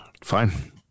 Fine